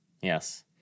Yes